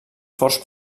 forts